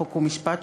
חוק ומשפט,